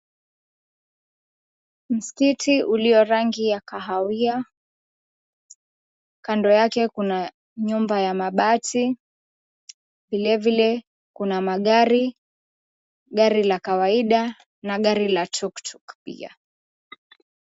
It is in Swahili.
Msikiti uliyo rangi ya kahawia, kando yake kuna nyumba ya mabati. Vilevile kuna magari. Gari la kawaida na gari la tuktuk pia.